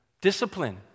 Discipline